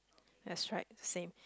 that's right same